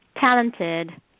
talented